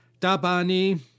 Dabani